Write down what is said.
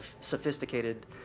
sophisticated